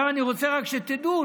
אני רוצה רק שתדעו,